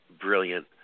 brilliant